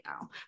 now